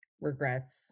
regrets